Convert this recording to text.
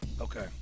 okay